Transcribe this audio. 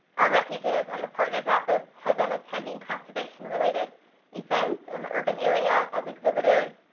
our refuges and the partners office had been attending conservation-related events in the urban area as exhibitors,